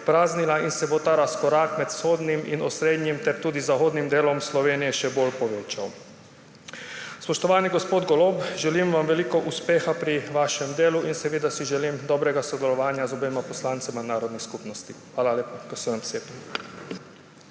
praznila in se bo razkorak med vzhodnim in osrednjim ter tudi zahodnim delom Slovenije še bolj povečal. Spoštovani gospod Golob, želim vam veliko uspeha pri vašem delu in seveda si želim dobrega sodelovanja z obema poslancema narodnih skupnosti. Hvala lepa. Köszönöm